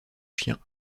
chien